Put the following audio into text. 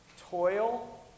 toil